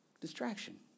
Distraction